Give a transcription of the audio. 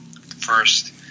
first